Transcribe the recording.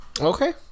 okay